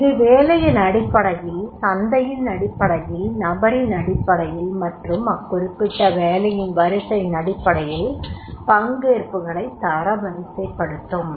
அது வேலையின் அடிப்படையில் சந்தையின் அடிப்படையில் நபரின் அடிப்படையில் மற்றும் அக்குறிப்பிட்ட வேலையின் வரிசையின் அடிப்படையில் பங்கேற்புகளைத் தரவரிசைப்படுத்தும்